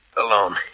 alone